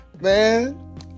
man